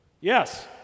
Yes